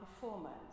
performance